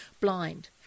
blind